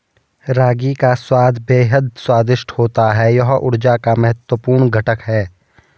रागी का स्वाद बेहद स्वादिष्ट होता है यह ऊर्जा का महत्वपूर्ण घटक है